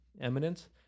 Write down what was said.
Eminence